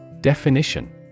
Definition